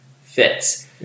fits